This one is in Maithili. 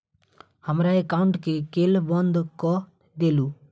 हमरा एकाउंट केँ केल बंद कऽ देलु?